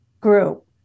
group